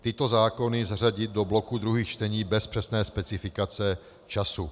Tyto zákony zařadit do bloku druhých čtení bez přesné specifikace času.